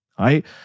right